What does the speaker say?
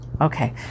okay